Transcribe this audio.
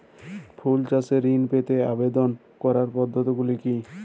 ফুল চাষে ঋণ পেতে আবেদন করার পদ্ধতিগুলি কী?